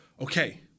okay